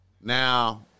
now